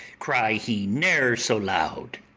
cry he ne'er so loud.